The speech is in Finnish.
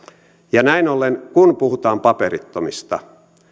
näin ollen kun puhutaan paperittomista